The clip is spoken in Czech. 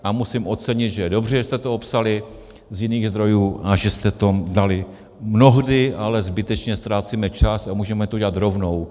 A musím ocenit, že je dobře, že jste to opsali z jiných zdrojů a že jste to dali mnohdy, ale zbytečně ztrácíme čas a můžeme to udělat rovnou.